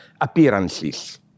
appearances